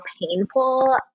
painful